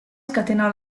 scatenò